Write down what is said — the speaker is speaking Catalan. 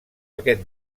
aquest